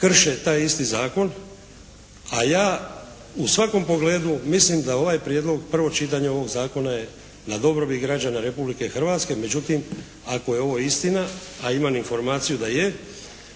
krše taj isti zakon, a ja u svakom pogledu mislim da ovaj prijedlog, prvo čitanje ovog zakona je na dobrobit građana Republike Hrvatske. Međutim ako je ovo istina, a imam informaciju da je,